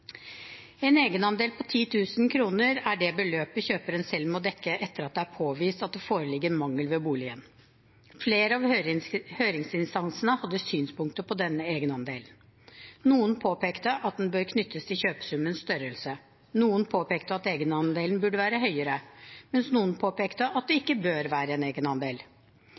En egenandel på 10 000 kr er det beløpet kjøperen selv må dekke etter at det er påvist at det foreligger mangel ved boligen. Flere av høringsinstansene hadde synspunkter på denne egenandelen. Noen påpekte at den bør knyttes til kjøpesummens størrelse, noen at egenandelen burde være høyere, mens noen påpekte at det ikke bør være en